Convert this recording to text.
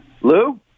Lou